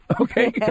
Okay